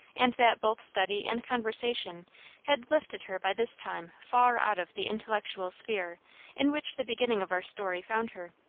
and that both study and conversation had lifted her by this time far out of the intellectual sphere in which the beginning of our story found her.